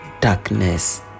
darkness